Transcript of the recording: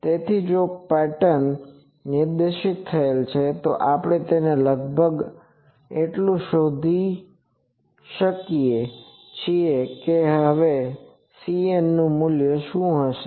તેથી જો પેટર્ન નિર્દિષ્ટ થયેલ છે તો આપણે તેને લગભગ એટલું શોધી શકીએ છીએકે હવે Cn નું મૂલ્ય શું હશે